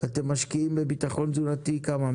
אתם משקיעים בביטחון תזונתי כמה?